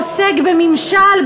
עוסק בממשל,